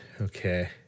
Okay